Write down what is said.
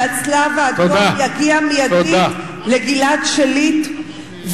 שהצלב-האדום יגיע מיידית לגלעד שליט,